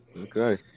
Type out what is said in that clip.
Okay